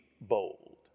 bold